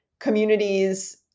communities